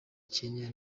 kenya